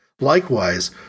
Likewise